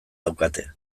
daukate